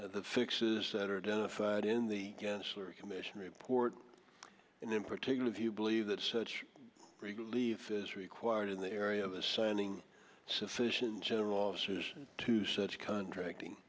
the fixes that are done to fight in the gensler commission report and in particular that you believe that such relief is required in the area of assigning sufficient general officers to such contracting